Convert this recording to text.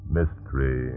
Mystery